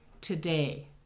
today